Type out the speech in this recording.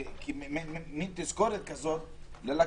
מין תזכורת ללקוח: